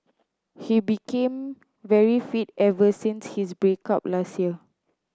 he became very fit ever since his break up last year